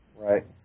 Right